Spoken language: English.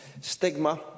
Stigma